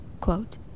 Quote